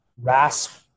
RASP